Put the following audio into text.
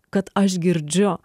kad aš girdžiu